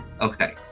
Okay